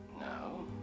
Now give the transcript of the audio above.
No